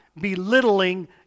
belittling